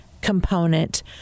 component